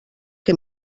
que